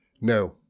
No